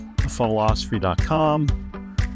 philosophy.com